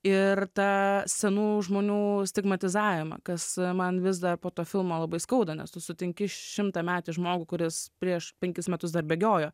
ir ta senų žmonių stigmatizavimą kas man vis dar po to filmo labai skauda nes tu sutinki šimtametį žmogų kuris prieš penkis metus dar bėgiojo